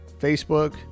Facebook